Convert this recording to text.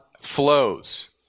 Flows